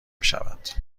بشود